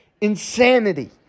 Insanity